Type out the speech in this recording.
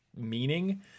meaning